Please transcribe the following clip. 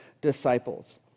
disciples